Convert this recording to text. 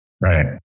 Right